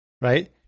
right